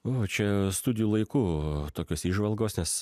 o čia studijų laikų tokios įžvalgos nes